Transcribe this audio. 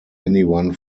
anyone